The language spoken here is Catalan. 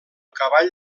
cavall